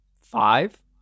Five